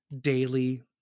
daily